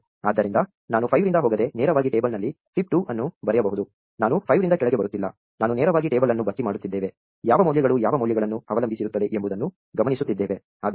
ಆದ್ದರಿಂದ ನಾನು 5 ರಿಂದ ಹೋಗದೆ ನೇರವಾಗಿ ಟೇಬಲ್ನಲ್ಲಿ ಫೈಬ್ 2 ಅನ್ನು ಬರೆಯಬಹುದು ನಾನು 5 ರಿಂದ ಕೆಳಗೆ ಬರುತ್ತಿಲ್ಲ ನಾವು ನೇರವಾಗಿ ಟೇಬಲ್ ಅನ್ನು ಭರ್ತಿ ಮಾಡುತ್ತಿದ್ದೇವೆ ಯಾವ ಮೌಲ್ಯಗಳು ಯಾವ ಮೌಲ್ಯಗಳನ್ನು ಅವಲಂಬಿಸಿರುತ್ತದೆ ಎಂಬುದನ್ನು ಗಮನಿಸುತ್ತಿದ್ದೇವೆ